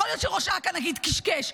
יכול להיות שראש אכ"א נגיד קשקש.